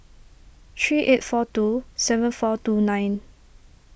three eight four two seven four two nine